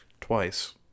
twice